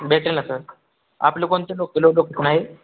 भेटेल ना सर आपलं कोणते लोक लोकेशन आहे